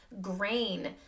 grain